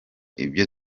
ibyo